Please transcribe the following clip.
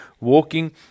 walking